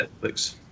Netflix